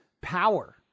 power